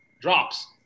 drops